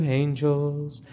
angels